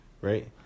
right